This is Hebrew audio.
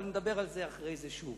אבל נדבר על זה אחר כך שוב,